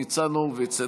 ניצן הורוביץ,